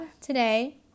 today